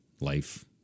life